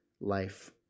life